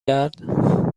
کرد